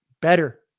Better